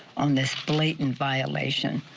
on this blatant violation.